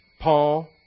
Paul